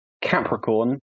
Capricorn